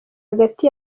hagati